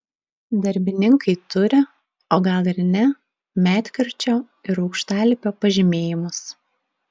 darbininkai turi o gal ir ne medkirčio ir aukštalipio pažymėjimus